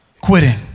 quitting